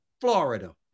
Florida